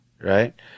right